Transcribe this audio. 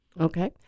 Okay